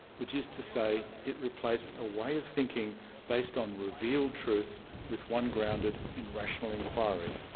which is to say, it replaced a way of thinking based on revealed truth with one grounded in rational inquiry.